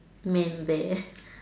man there